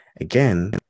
Again